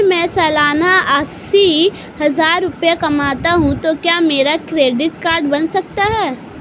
अगर मैं सालाना अस्सी हज़ार रुपये कमाता हूं तो क्या मेरा क्रेडिट कार्ड बन सकता है?